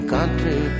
Country